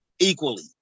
equally